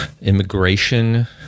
immigration